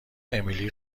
امیلی